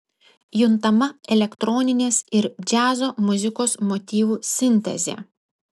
juntama elektroninės ir džiazo muzikos motyvų sintezė